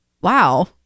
wow